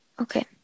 Okay